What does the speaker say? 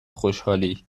خوشحالییییی